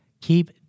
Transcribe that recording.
Keep